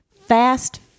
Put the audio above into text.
Fast